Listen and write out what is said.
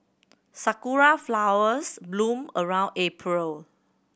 sakura flowers bloom around April